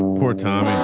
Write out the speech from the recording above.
for tom,